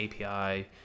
API